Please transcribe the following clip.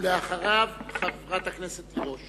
ואחריו, חברת הכנסת תירוש.